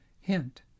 Hint